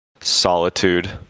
solitude